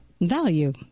Value